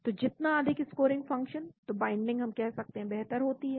तो जितना अधिक स्कोरिंग फंक्शन तो बाइंडिंग हम कह सकते हैं बेहतर होती है